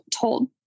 told